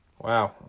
Wow